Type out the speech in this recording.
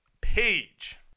Page